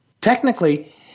Technically